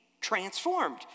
transformed